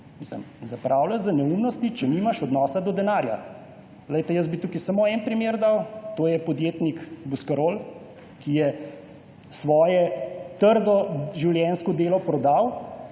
Zapravljaš za neumnosti, če nimaš odnosa do denarja. Jaz bi tukaj samo en primer dal, to je podjetnik Boscarol, ki je svoje trdo življenjsko delo prodal